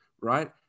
right